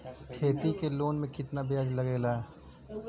खेती के लोन में कितना ब्याज लगेला?